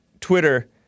Twitter